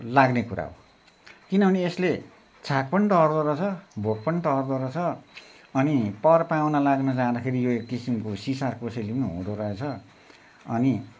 लाग्ने कुरा हो किनभने यसले छाक पनि टर्दोरहेछ भोक पनि टर्दोरहेछ अनि परपाहुना लाग्न जाँदाखेरि यो एक किसिमको सिसार कोसेली पनि हुँदोरहेछ अनि